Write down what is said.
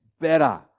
better